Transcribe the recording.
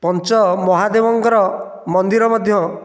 ପଞ୍ଚ ମହାଦେବଙ୍କର ମନ୍ଦିର ମଧ୍ୟ